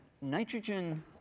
nitrogen